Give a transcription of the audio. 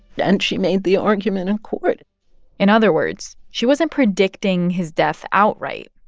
and she made the argument in court in other words, she wasn't predicting his death outright.